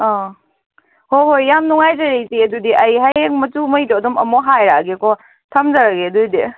ꯑꯥ ꯍꯣꯏ ꯍꯣꯏ ꯌꯥꯝ ꯅꯨꯡꯉꯥꯏꯖꯔꯦ ꯏꯆꯦ ꯑꯗꯨꯗꯤ ꯑꯩ ꯍꯌꯦꯡ ꯃꯆꯨꯉꯩꯗꯣ ꯑꯗꯨꯝ ꯑꯃꯨꯛ ꯍꯥꯏꯔꯛꯑꯒꯦꯀꯣ ꯊꯝꯖꯔꯒꯦ ꯑꯗꯨꯗꯤ